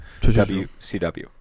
WCW